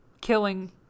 killing